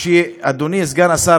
אדוני סגן השר,